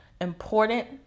important